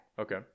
Okay